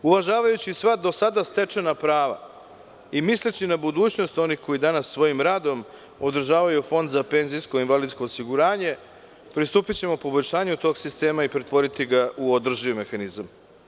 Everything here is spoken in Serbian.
Uvažavajući sva do sada stečena prava i misleći na budućnost onih koji danas svojim radom održavaju Fond PIO, pristupićemopoboljšanju tog sistema i pretvoriti ga u održiv mehanizam.